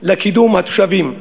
לקידום התושבים: